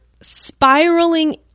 spiraling